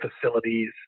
facilities